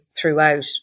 throughout